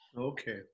okay